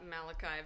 Malachi